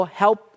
help